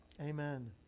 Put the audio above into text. Amen